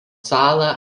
salą